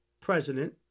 president